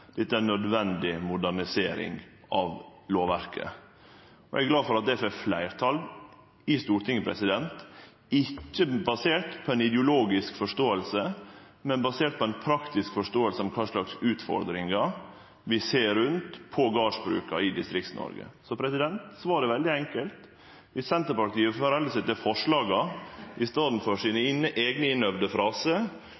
dette er ein revolusjon, men det er ei nødvendig modernisering av lovverket. Eg er glad for at det får fleirtal i Stortinget, ikkje basert på ei ideologisk forståing, men basert på ei praktisk forståing av kva slags utfordringar vi ser rundt omkring på gardsbruka i Distrikts-Noreg. Så svaret er veldig enkelt: Viss Senterpartiet held seg til forslaga i staden for til sine